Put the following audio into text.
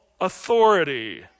authority